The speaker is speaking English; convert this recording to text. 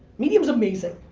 medium is amazing.